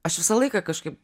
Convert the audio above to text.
aš visą laiką kažkaip